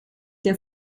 der